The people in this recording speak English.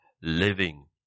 living